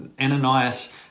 Ananias